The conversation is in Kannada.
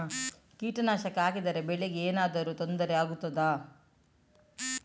ಕೀಟನಾಶಕ ಹಾಕಿದರೆ ಬೆಳೆಗೆ ಏನಾದರೂ ತೊಂದರೆ ಆಗುತ್ತದಾ?